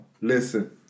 Listen